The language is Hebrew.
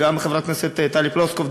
גם חברת הכנסת טלי פלוסקוב,